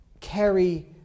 carry